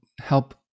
help